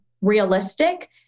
realistic